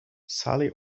sally